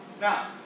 Now